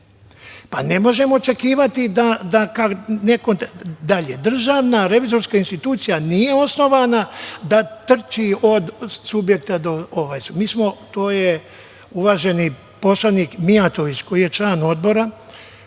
Pa, ne možemo očekivati da kad neko…Dalje, Državna revizorska institucija nije osnovana da trči od subjekta do subjekta. To je uvaženi poslanik Mijatović, koji je član Odbora,